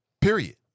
Period